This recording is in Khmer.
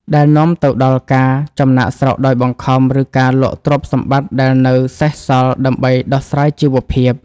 ដែលនាំទៅដល់ការចំណាកស្រុកដោយបង្ខំ ឬការលក់ទ្រព្យសម្បត្តិដែលនៅសេសសល់ដើម្បីដោះស្រាយជីវភាព។